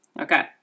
Okay